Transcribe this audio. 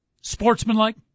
Sportsmanlike